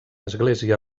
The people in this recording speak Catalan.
església